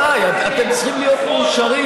רבותיי, אתם צריכים להיות מאושרים.